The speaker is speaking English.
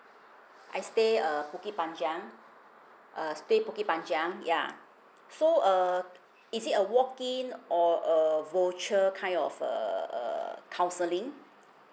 I stay uh bukit panjang err stay bukit panjang yeah so err is it a walk in or a voucher kind of err err counselling